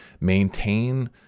maintain